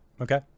Okay